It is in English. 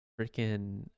freaking